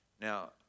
Now